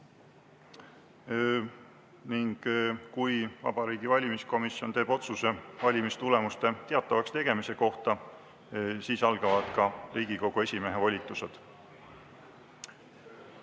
Ning kui Vabariigi Valimiskomisjon teeb otsuse valimistulemuste teatavakstegemise kohta, siis algavad ka Riigikogu esimehe volitused. Mart